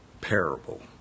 parable